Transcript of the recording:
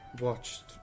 watched